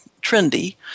trendy